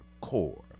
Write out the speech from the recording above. core